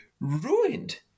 ruined